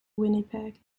winnipeg